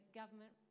government